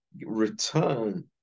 return